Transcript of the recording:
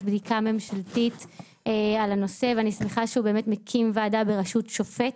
בדיקה ממשלתית על הנושא ואני שמחה שהוא מקים ועדה בראשות שופט